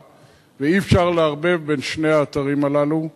ואי-אפשר לערבב בין שני האתרים האלה.